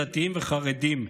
דתיים וחרדים,